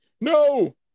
no